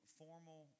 formal